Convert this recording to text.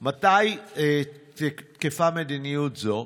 2. עד מתי תקפה מדיניות זו?